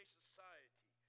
society